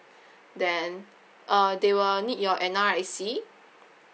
then uh they will need your N_R_I_C